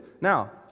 Now